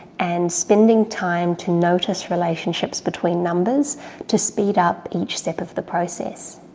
and spending time to notice relationships between numbers to speed up each step of the process.